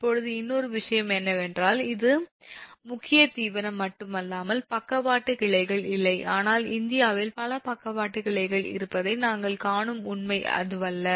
இப்போது இன்னொரு விஷயம் என்னவென்றால் இது முக்கிய தீவனம் மட்டுமல்ல பக்கவாட்டு கிளைகள் இல்லை ஆனால் இந்தியாவில் பல பக்கவாட்டு கிளைகள் இருப்பதை நீங்கள் காணும் உண்மை அதுவல்ல